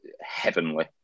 heavenly